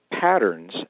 patterns